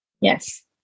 Yes